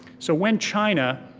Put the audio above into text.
so when china